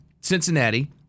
Cincinnati